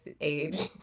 age